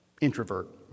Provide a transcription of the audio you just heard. introvert